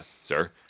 sir